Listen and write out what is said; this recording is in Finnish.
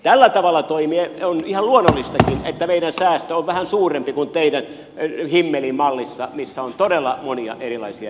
tällä tavalla toimien on ihan luonnollistakin että meidän säästömme on vähän suurempi kuin teidän himmelimallissanne missä on todella monia erilaisia järjestäjiä